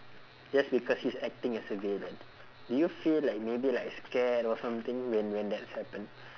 just because he's acting as a villain do you feel like maybe like scared or something when when that's happen